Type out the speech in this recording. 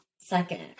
second